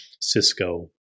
Cisco